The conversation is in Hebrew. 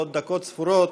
בעוד דקות ספורות,